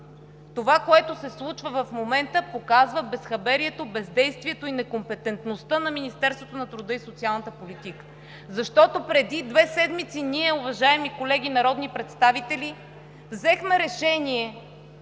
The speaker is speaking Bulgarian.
това, което се случва в момента, показва безхаберието, бездействието и некомпетентността на Министерството на труда и социалната политика. Преди две седмици ние, уважаеми колеги народни представители, взехме решение